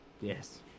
Yes